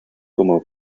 como